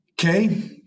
okay